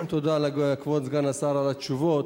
תודה לכבוד סגן השר על התשובות.